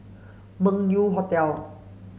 Meng Yew Hotel